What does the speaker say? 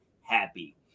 happy